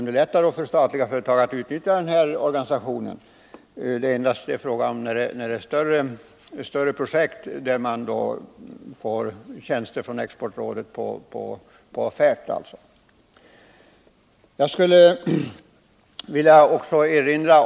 Det föreligger också ett yrkande från vpk om att den exportfrämjande organisationens verksamhet skall ses över.